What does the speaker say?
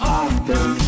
often